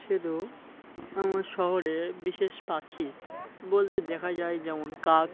সেহেতু আমার শহরে বিশেষ পাখি বলতে দেখা যায় যেমন কাক